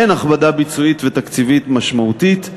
אין הכבדה ביצועית ותקציבית משמעותית.